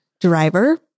driver